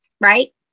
right